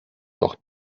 doch